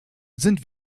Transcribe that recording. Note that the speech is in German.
sind